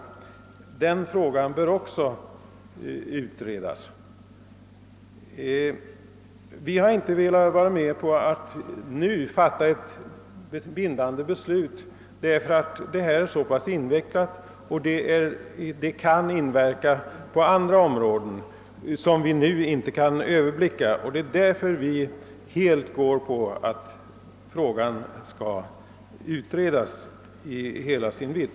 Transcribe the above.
Också detta bör utredas. Vi har inte velat gå med på att man nu skulle fatta ett bindande beslut, eftersom detta är ett så pass invecklat problem, som på andra områden kan få konsekvenser vilka vi nu inte kan överblicka. Vi vill därför att frågan skall utredas i hela sin vidd.